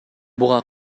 буга